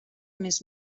més